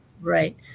Right